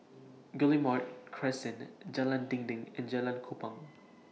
Guillemard Crescent Jalan Dinding and Jalan Kupang